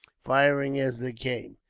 firing as they came.